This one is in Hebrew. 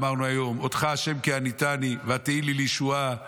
אמרנו היום: "אודך ה' כי עניתני ותהי לי לישועה";